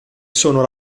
sono